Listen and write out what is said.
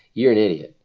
you're an idiot.